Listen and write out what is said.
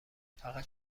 فقط